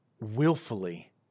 willfully